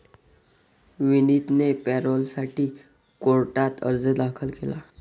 विनीतने पॅरोलसाठी कोर्टात अर्ज दाखल केला